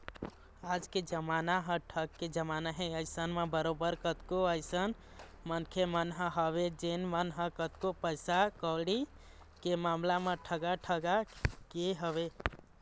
आज के जमाना ह ठग के जमाना हे अइसन म बरोबर कतको अइसन मनखे मन ह हवय जेन मन ह कतको पइसा कउड़ी के मामला म ठगा ठगा गे हवँय